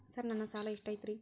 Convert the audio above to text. Sir ನನ್ನ ಸಾಲಾ ಎಷ್ಟು ಐತ್ರಿ?